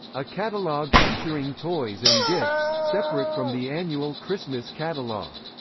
a catalog featuring toys and gifts, separate from the annual christmas catalog.